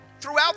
throughout